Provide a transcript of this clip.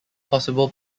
possible